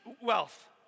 wealth